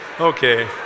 Okay